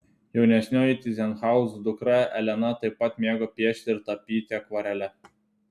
jaunesnioji tyzenhauzų dukra elena taip pat mėgo piešti ir tapyti akvarele